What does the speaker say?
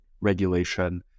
regulation